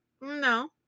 No